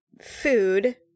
food